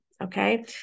okay